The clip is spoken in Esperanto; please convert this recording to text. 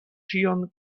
ĉion